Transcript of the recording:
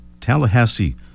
Tallahassee